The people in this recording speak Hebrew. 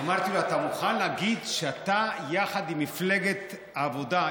אמרתי לו: אתה מוכן להגיד שאתה ומפלגת העבודה,